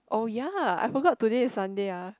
oh ya I forgot today is Sunday ah